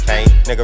Nigga